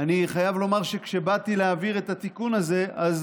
אני חייב לומר שכשבאתי להעביר את התיקון הזה אז